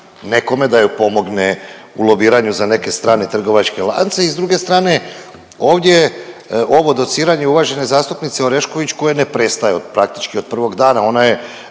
nekome da joj pomogne u lobiranju za neke strane trgovačke lance i s druge strane, ovdje ovo dociranje uvažene zastupnice Orešković koje ne prestaje od praktički od prvog dana, ona je